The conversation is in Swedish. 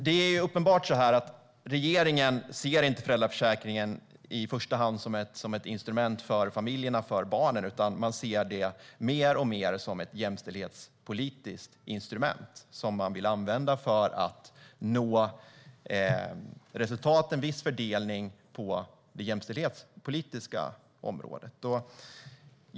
Det är uppenbart så att regeringen inte i första hand ser föräldraförsäkringen som ett instrument för familjerna och för barnen utan mer och mer som ett jämställdhetspolitiskt instrument man vill använda för att nå resultat och en viss fördelning på det jämställdhetspolitiska området.